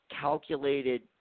calculated